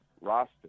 roster